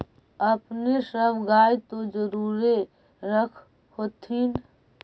अपने सब गाय तो जरुरे रख होत्थिन?